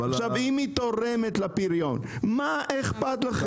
אם היא תורמת לפריון, מה אכפת לכם?